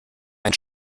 ein